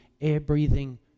air-breathing